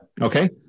Okay